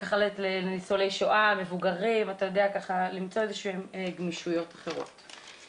ככה לניצולי שואה, מבוגרים, למצוא גמישויות אחרות.